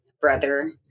brother